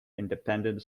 independent